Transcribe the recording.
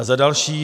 Za další.